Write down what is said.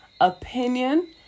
opinion